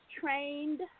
trained